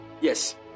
Yes